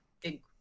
big